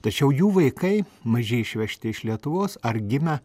tačiau jų vaikai maži išvežti iš lietuvos ar gimę